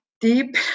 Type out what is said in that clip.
deep